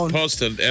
posted